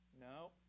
No